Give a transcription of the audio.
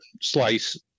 slice